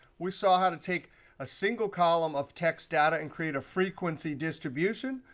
we saw how to take a single column of text data and create a frequency distribution.